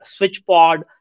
SwitchPod